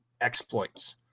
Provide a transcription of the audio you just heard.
exploits